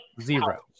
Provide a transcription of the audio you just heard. Zero